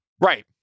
Right